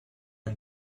and